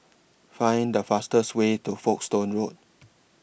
Find The fastest Way to Folkestone Road